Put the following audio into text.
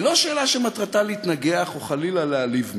היא לא שאלה שמטרתה להתנגח או חלילה להעליב מישהו,